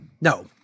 No